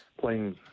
playing